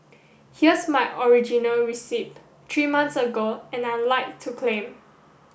here's my original receipt three months ago and I'd like to claim